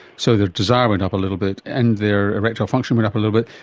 so their desire went up a little bit and their erectile function went up a little bit,